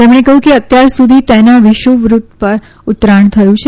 તેમણે કહ્યું કે અત્યારસુધી તેના વિષુવવૃત પર ઉતરાણ થયું છે